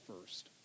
first